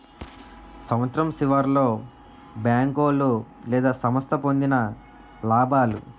సంవత్సరం సివర్లో బేంకోలు లేదా సంస్థ పొందిన లాబాలు